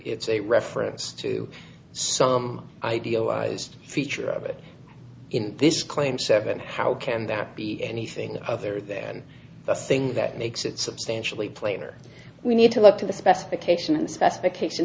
it's a reference to some idealized feature of it in this claim seven how can that be anything other than the thing that makes it substantially plater we need to look to the specification